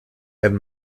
and